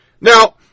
Now